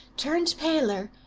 turned paler,